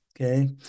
okay